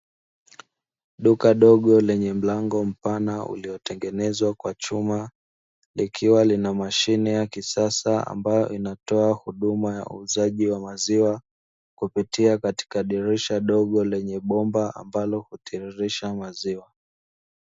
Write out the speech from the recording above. Duka dogo lenye mlango mpana uliotengenezwa kwa chuma likiwa lina mashine ya kisasa ambayo inatoa huduma ya uuzaji wa maziwa kupitia katika dirisha dogo lenye bomba ambalo hutiririsha maziwa.